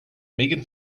megan